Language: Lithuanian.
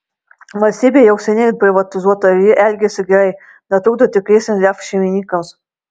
valstybė jau seniai privatizuota ir ji elgiasi gerai netrukdo tikriesiems jav šeimininkams